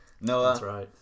Noah